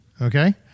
okay